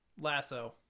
Lasso